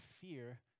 fear